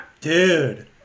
dude